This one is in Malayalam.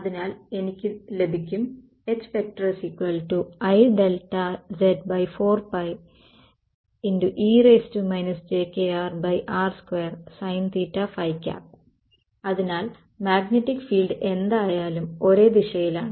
അതിനാൽ എനിക്ക് ലഭിക്കും HIz4 e jkrr2 sin അതിനാൽ മാഗ്നെറ്റിക് ഫീൾഡ് എന്തായാലും ഒരേ ദിശയിലാണ്